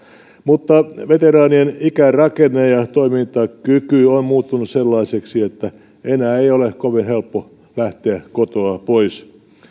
mutta veteraanien ikärakenne ja ja toimintakyky ovat muuttuneet sellaiseksi että enää ei ole kovin helppo lähteä kotoa pois